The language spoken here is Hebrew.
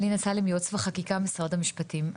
לינא סלאם מייעוץ וחקיקה משרד המשפטים.